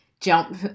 jump